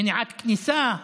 מניעת כניסה.